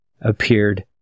appeared